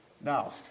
Now